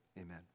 amen